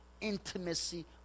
Intimacy